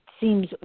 seems